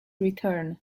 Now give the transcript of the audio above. return